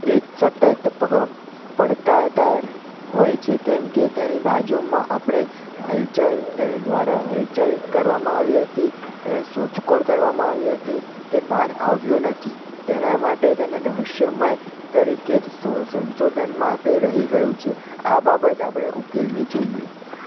એ સતત પડકારદાર હોય છે કેમકે તેની બાજુમાં આપણે હલચલ તેની દ્વારા હલચલ કરવામાં આવી હતી એની શોધખોળ કરવામાં આવી હતી તે બહાર આવ્યું નથી તેના માટે તેને રહસ્યમય તરીકે જ સંશોધનમાં તે રહી ગયું છે આ બાબત આપણે ઉકેલવી જોઈએ